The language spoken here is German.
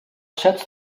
schätzt